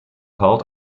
held